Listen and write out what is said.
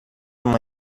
uma